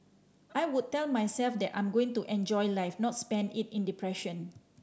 I would tell myself that I'm going to enjoy life not spend it in depression